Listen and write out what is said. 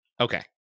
Okay